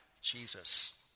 Jesus